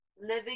living